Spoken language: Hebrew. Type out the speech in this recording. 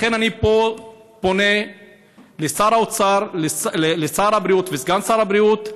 לכן אני פונה לשר האוצר ולסגן שר הבריאות: